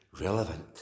relevant